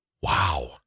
Wow